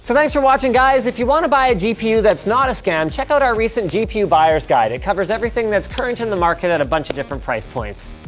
thanks for watching, guys. if you wannna buy a gpu that's not a scam, check out our recent gpu buyer's guide. it covers everything that's current in the market at a bunch of different price points.